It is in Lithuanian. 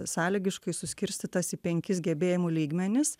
sąlygiškai suskirstytas į penkis gebėjimų lygmenis